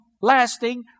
lasting